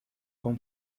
con